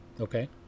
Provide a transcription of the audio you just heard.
okay